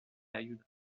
ayuda